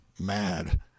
Mad